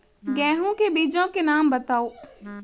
गेहूँ के बीजों के नाम बताओ?